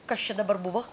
kas čia dabar buvo